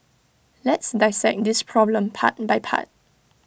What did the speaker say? let's dissect this problem part by part